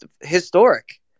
historic